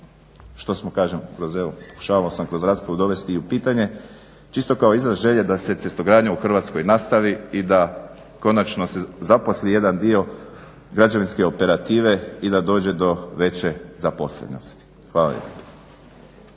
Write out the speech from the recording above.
što smo kažem, pokušavao kroz raspravu dovesti i u pitanje, čisto kao izraz želje da se cestogradnja u Hrvatskoj nastavi i da konačno se zaposli jedan dio građevinske operative i da dođe do veće zaposlenosti. Hvala